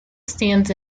stands